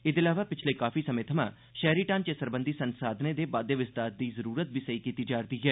एहदे अलावा पिच्छले काफी समें थमां शैहरी ढांचे सरबंधी संसाधनें दे बाद्दे विस्तार दी जरूरतै बी सेई कीती जारदी ऐ